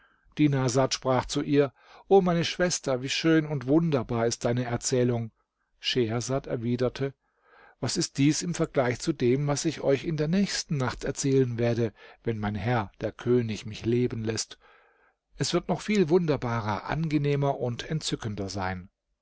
dinarsad sprach zu ihr o meine schwester wie schön und wunderbar ist deine erzählung schehersad erwiderte was ist dies im vergleich zu dem was ich euch in der nächsten nacht erzählen werde wenn mein herr der könig mich leben läßt es wird noch viel wunderbarer angenehmer und entzückender sein